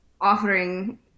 offering